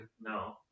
no